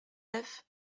neuf